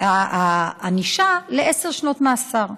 הענישה בעשר שנות מאסר.